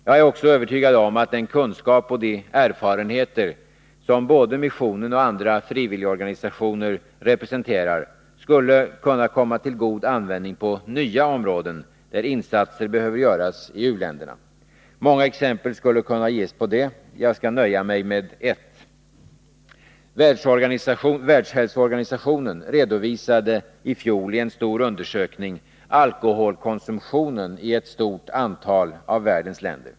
Jag är också övertygad om att den kunskap och de erfarenheter som både missionen och andra frivilligorganisationer representerar skulle kunna komma till god användning på nya områden där insatser behöver göras i u-länderna. Många exempel på detta skulle kunna ges. Jag skall nöja mig med ett. Världshälsoorganisationen redovisade i fjol i en stor undersökning alkoholkonsumtionen i ett stort antal av världens länder.